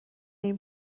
این